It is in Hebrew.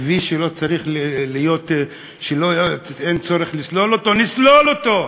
כביש שאין צורך לסלול אותו, נסלול אותו.